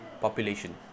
population